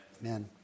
Amen